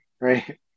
Right